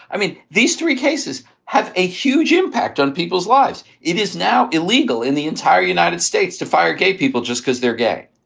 i mean, these three cases have a huge impact on people's lives. it is now illegal in the entire united states to fire gay people just because they're gay.